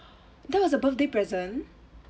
that was a birthday present